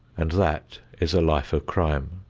and that is a life of crime.